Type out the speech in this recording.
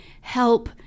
help